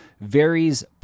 varies